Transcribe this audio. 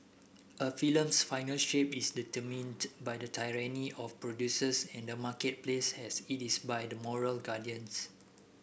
a film's final shape is determined by the tyranny of producers and the marketplace as it is by the moral guardians